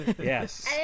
yes